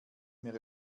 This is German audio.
mehr